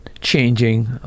changing